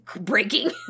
breaking